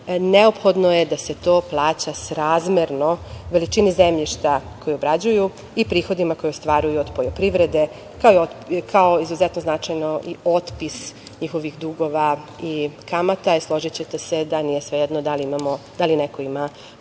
Neophodno je da se to plaća srazmerno veličini zemljišta koje obrađuju i prihodima koje ostvaruju od poljoprivrede, kao i izuzetno značajno – otpis njihovih dugova i kamata, jer složićete se da nije svejedno da li neko ima pola